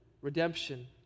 redemption